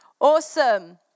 awesome